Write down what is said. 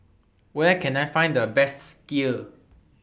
Where Can I Find The Best Kheer